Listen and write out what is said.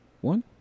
one